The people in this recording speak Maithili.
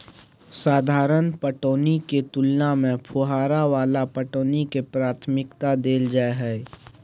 साधारण पटौनी के तुलना में फुहारा वाला पटौनी के प्राथमिकता दैल जाय हय